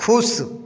खुश